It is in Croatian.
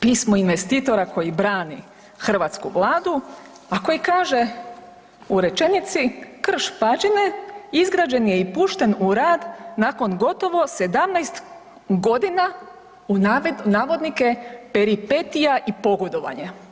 Pismo investitora koji brani hrvatsku Vladu, a koji kaže u rečenici Krš-Pađene izrađen je i pušten u rad nakon gotovo 17 godina u navodnike peripetija i pogodovanje.